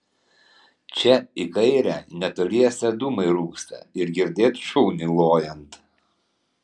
čia į kairę netoliese dūmai rūksta ir girdėt šunį lojant